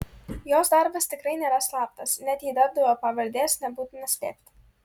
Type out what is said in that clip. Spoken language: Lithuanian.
jos darbas tikrai nėra slaptas net jei darbdavio pavardės nebūtina slėpti